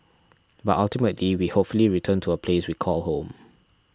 but ultimately we hopefully return to a place we call home